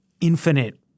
infinite